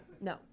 no